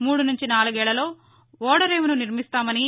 మూడు నుంచి నాలుగేళ్లలో ఓడరేవును నిర్మిస్తామని